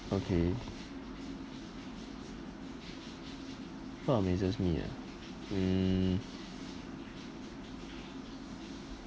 okay what amazes me ah hmm